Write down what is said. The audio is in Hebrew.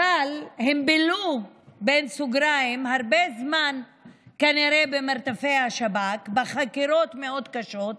אבל הם "בילו" הרבה זמן כנראה במרתפי השב"כ בחקירות מאוד קשות,